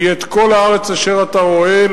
כי את כל הארץ אשר אתה רואה,